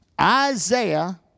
Isaiah